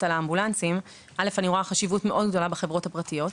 על האמבולנסים: אני רואה חשיבות גדולה מאוד בחברות הפרטיות.